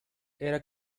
era